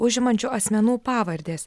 užimančių asmenų pavardės